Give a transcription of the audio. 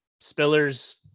Spiller's